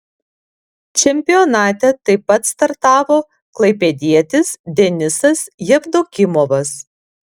čempionate taip pat startavo klaipėdietis denisas jevdokimovas